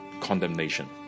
condemnation